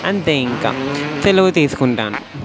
అంతే ఇంకా సెలవు తీసుకుంటాను